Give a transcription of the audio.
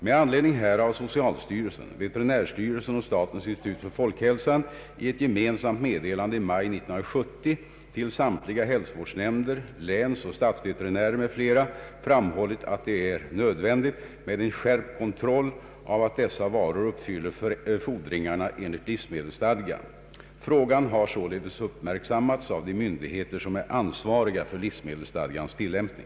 Med anledning härav har socialstyrelsen, veterinärstyrelsen och statens institut för folkhälsan i ett gemensamt meddelande i maj 1970 till samtliga hälsovårdsnämnder, länsoch stadsveterinärer m.fl. framhållit att det är nödvändigt med en skärpt kontroll av att dessa varor uppfyller fordringarna enligt livsmedelsstadgan. Frågan har således uppmärksammats av de myndigheter som är ansvariga för livsmedelsstadgans tillämpning.